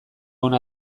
ona